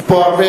כי אם שבוע,